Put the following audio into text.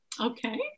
Okay